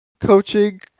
Coaching